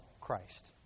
Christ